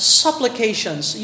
supplications